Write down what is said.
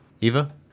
Eva